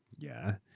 yeah.